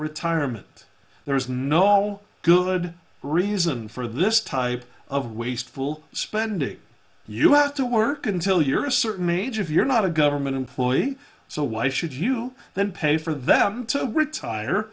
retirement there is no good reason for this type of wasteful spending you have to work until you're a certain age if you're not a government employee so why should you then pay for them to retire